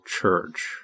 Church